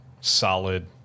solid